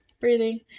breathing